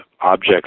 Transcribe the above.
objects